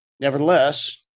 Nevertheless